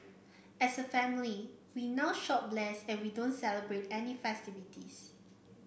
as a family we now shop less and we don't celebrate any festivities